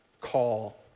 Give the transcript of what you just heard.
call